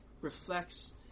reflects